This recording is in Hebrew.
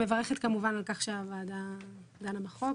אני מברכת כמובן על כך שהוועדה דנה בחוק,